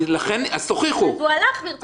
אני אומר את זה בצורה מאוד ברורה.